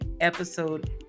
episode